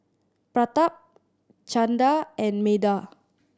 Pratap Chanda and Medha